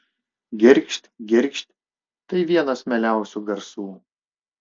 girgžt girgžt tai vienas mieliausių garsų